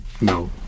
no